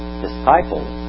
disciples